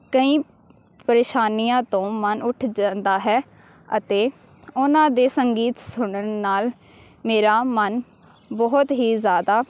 ਕਈ ਪ੍ਰੇਸ਼ਾਨੀਆਂ ਤੋਂ ਮਨ ਉੱਠ ਜਾਂਦਾ ਹੈ ਅਤੇ ਉਹਨਾਂ ਦੇ ਸੰਗੀਤ ਸੁਣਨ ਨਾਲ ਮੇਰਾ ਮਨ ਬਹੁਤ ਹੀ ਜ਼ਿਆਦਾ